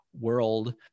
world